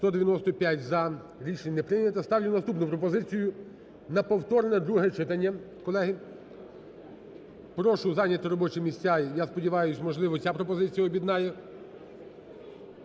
За-195 Рішення не прийнято. Ставлю наступну пропозицію: на повторне друге читання… Колеги, прошу зайняти робочі місця і я сподіваюсь, можливо, ця пропозиція об'єднає.